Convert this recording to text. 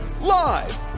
Live